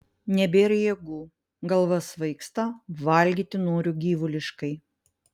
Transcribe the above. nebėr jėgų galva svaigsta valgyti noriu gyvuliškai